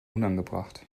unangebracht